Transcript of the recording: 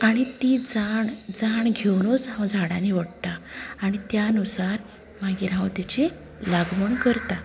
आनी ती जाण जाण घेवनूच हांव झाडां निवडटा आनी त्या नुसार मागीर हांव तेची लागवण करता